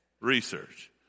research